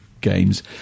games